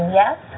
yes